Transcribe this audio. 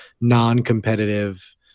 non-competitive